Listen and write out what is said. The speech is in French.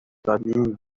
fabien